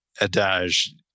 adage